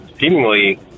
seemingly